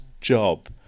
job